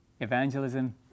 Evangelism